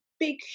big